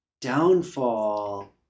downfall